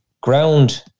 ground